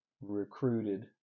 recruited